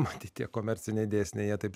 man tai tie komerciniai dėsniai jie taip